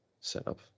setup